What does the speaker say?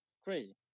crazy